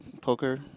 poker